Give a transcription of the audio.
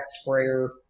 sprayer